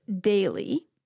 daily